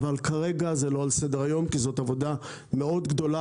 אבל כרגע זה לא על סדר היום כי זאת עבודה גדולה מאוד,